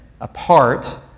apart